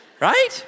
right